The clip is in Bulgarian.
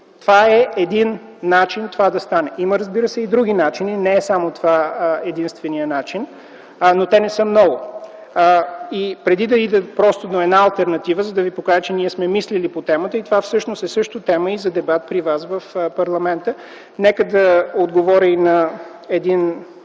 Това е един начин това да стане. Има, разбира се, и други начини. Не само това е единственият начин, но те не са много. И преди да отида просто до една алтернатива искам да ви покажа, че ние сме мислили по темата и че това всъщност е също тема и за дебат при вас в парламента. Нека да отговоря и на един